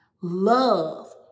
Love